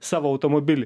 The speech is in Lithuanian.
savo automobilį